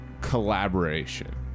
collaboration